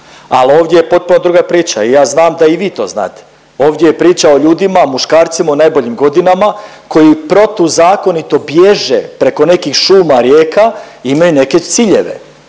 Al ovdje je potpuno druga priča i ja znam da i vi to znate, ovdje je priča o ljudima, muškarcima u najboljim godinama koji protuzakonito bježe preko nekih šuma, rijeka i imaju neke ciljeve.